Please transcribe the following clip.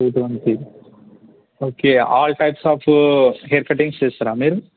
two thousand fee okay all types of hair cutting చేస్తారా మీరు